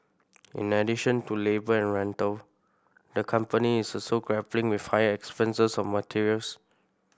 in addition to labour and rental the company is also grappling with higher expenses on materials